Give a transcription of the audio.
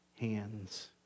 hands